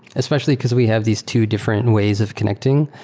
especially because we have these two different ways of connecting.